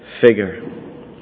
figure